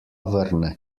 vrne